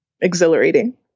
exhilarating